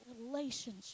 relationship